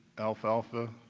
alfalfa,